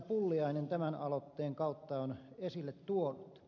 pulliainen tämän aloitteen kautta on esille tuonut